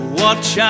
watch